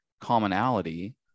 commonality